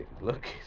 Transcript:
look